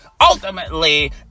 ultimately